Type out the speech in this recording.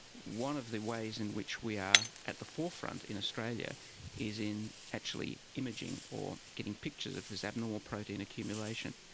one of the ways in which we are at the forefront in australia is in actually imaging or getting pictures of this abnormal protein accumulation.